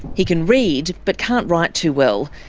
he can read, but can't write too well.